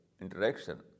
interaction